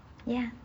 ya